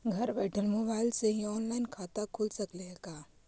घर बैठल मोबाईल से ही औनलाइन खाता खुल सकले हे का?